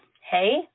Hey